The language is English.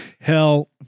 Hell